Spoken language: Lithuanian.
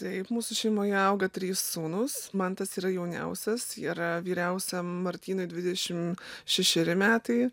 taip mūsų šeimoje auga trys sūnūs mantas yra jauniausias ir vyriausiam martynui dvidešim šešeri metai